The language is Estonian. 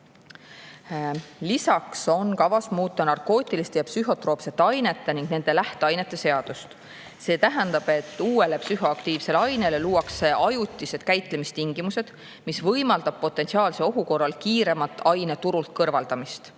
Lisaks on kavas muuta narkootiliste ja psühhotroopsete ainete ning nende lähteainete seadust. See tähendab, et luuakse uue psühhoaktiivse aine käitlemise ajutised tingimused, mis võimaldab potentsiaalse ohu korral kiiremat aine turult kõrvaldamist.